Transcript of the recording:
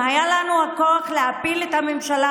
אם היה לנו את הכוח להפיל את הממשלה